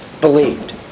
believed